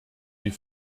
die